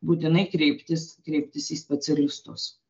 būtinai kreiptis kreiptis į specialistus